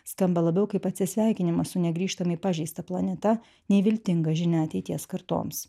skamba labiau kaip atsisveikinimas su negrįžtamai pažeista planeta nei viltinga žinia ateities kartoms